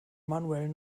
manuel